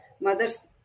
Mothers